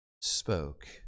spoke